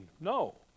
No